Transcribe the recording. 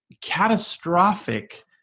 catastrophic